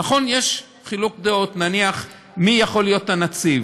נכון, יש חילוקי דעות, נניח מי יכול להיות הנציב.